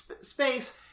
space